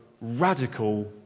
radical